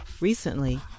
Recently